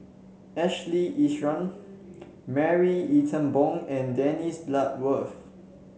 Ashley Isham Marie Ethel Bong and Dennis Bloodworth